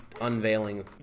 unveiling